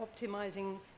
optimizing